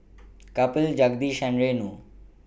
Kapil Jagadish and Renu